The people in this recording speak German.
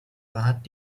rat